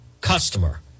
customer